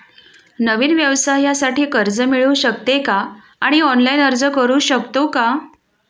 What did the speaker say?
नवीन व्यवसायासाठी कर्ज मिळू शकते का आणि ऑनलाइन अर्ज करू शकतो का?